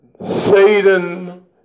Satan